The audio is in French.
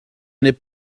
n’est